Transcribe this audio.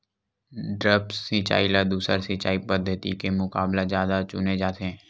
द्रप्स सिंचाई ला दूसर सिंचाई पद्धिति के मुकाबला जादा चुने जाथे